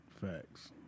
Facts